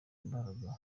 imbaraga